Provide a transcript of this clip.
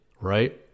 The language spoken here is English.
right